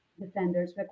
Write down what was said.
Defenders